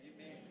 Amen